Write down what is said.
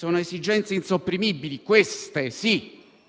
di esigenze insopprimibili